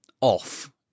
off